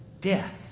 death